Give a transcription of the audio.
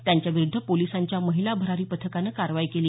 त्यांच्याविरूद्ध पोलिसांच्या महिला भरारी पथकानं कारवाई केली